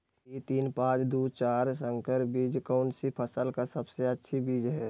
P तीन पांच दू चार संकर बीज कौन सी फसल का सबसे अच्छी बीज है?